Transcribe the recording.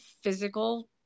physical